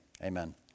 amen